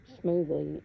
smoothly